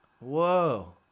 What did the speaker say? Whoa